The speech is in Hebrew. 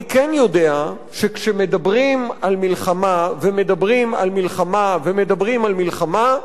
אני כן יודע שכשמדברים על מלחמה ומדברים על מלחמה ומדברים על מלחמה,